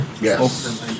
Yes